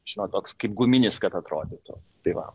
žinot toks kaip guminis kad atrodytų tai va